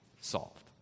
Solved